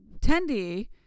Tendi